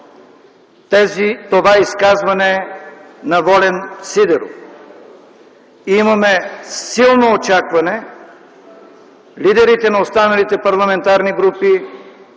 това изказване на Волен Сидеров. Имаме силно очакване лидерите на останалите парламентарни групи